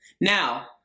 Now